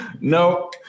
No